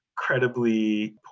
incredibly